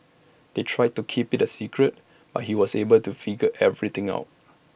they tried to keep IT A secret but he was able to figure everything out